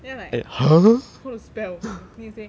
then I like how to spell